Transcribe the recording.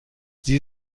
sie